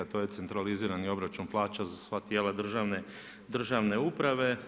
To je centralizirani obračun plaća za sva tijela državne uprave.